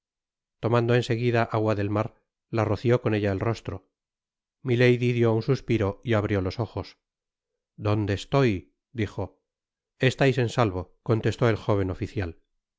tomando en seguida agua del mar la roció con ella el rostro milady dió un suspiro y abrió los ojos dónde estov dijo estais en salvo contestó el jóven oficial